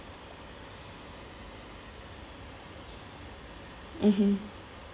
mmhmm